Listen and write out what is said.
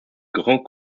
grand